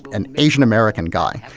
an asian american guy,